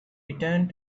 returned